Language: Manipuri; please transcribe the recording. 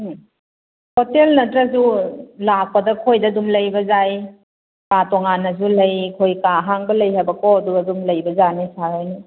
ꯍꯨꯝ ꯍꯣꯇꯦꯜ ꯅꯠꯇ꯭ꯔꯁꯨ ꯂꯥꯛꯄꯗ ꯑꯩꯈꯣꯏꯗ ꯑꯗꯨꯝ ꯂꯩꯕ ꯌꯥꯏ ꯀꯥ ꯇꯣꯉꯥꯟꯅꯁꯨ ꯂꯩ ꯑꯩꯈꯣꯏ ꯀꯥ ꯑꯍꯥꯡꯕ ꯂꯩꯅꯕꯀꯣ ꯑꯗꯨꯗ ꯑꯗꯨꯝ ꯂꯩꯕ ꯌꯥꯅꯤ ꯁꯥꯔꯍꯣꯏꯅ